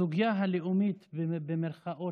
בסוגיה ה"לאומית", במירכאות,